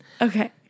Okay